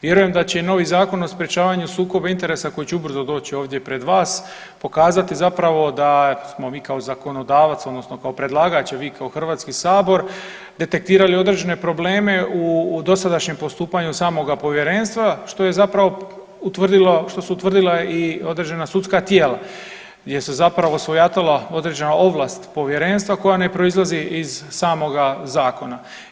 Vjerujem da će i novi Zakon o sprječavanju sukoba interesa koji će ubrzo doći ovdje pred vas pokazati zapravo da smo mi kao zakonodavac odnosno kao predlagač, a vi kao Hrvatski sabor detektirali određene probleme u dosadašnjem postupanju samoga povjerenstva, što je zapravo utvrdilo, što su utvrdila i određena sudska tijela gdje se zapravo svojatalo određena ovlast povjerenstva koja ne proizlazi iz samoga zakona.